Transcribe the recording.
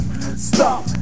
Stop